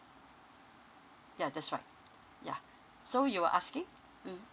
ya that's right yeah so you were asking mm